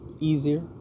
easier